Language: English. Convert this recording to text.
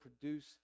produce